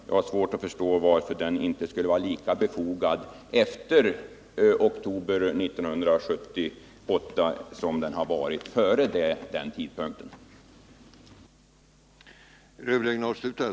Jag har svårt att förstå varför inte den rätten skulle vara lika befogad efter oktober 1978 som den var före denna tidpunkt.